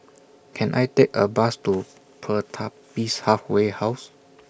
Can I Take A Bus to Pertapis Halfway House